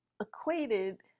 equated